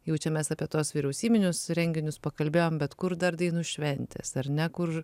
jau čia mes apie tuos vyriausybinius renginius pakalbėjom bet kur dar dainų šventės ar ne kur